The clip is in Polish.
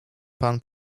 pan